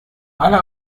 alle